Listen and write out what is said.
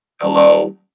Hello